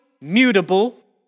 mutable